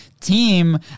team